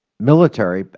military,